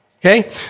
Okay